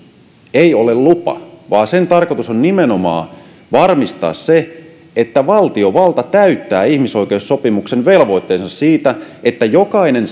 ei ole lupa vaan sen tarkoitus on nimenomaan varmistaa se että valtiovalta täyttää ihmisoikeussopimuksen velvoitteensa siitä että jokainen